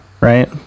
right